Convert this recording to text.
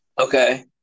Okay